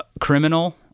criminal